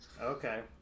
Okay